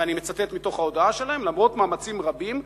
ואני מצטט מתוך ההודעה שלהם: למרות מאמצים רבים,